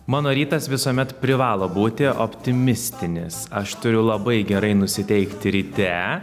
mano rytas visuomet privalo būti optimistinis aš turiu labai gerai nusiteikti ryte